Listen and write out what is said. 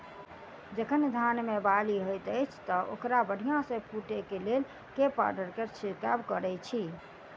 जखन धान मे बाली हएत अछि तऽ ओकरा बढ़िया सँ फूटै केँ लेल केँ पावडर केँ छिरकाव करऽ छी?